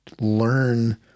learn